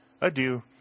Adieu